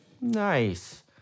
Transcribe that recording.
Nice